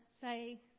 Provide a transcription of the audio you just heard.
say